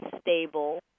stable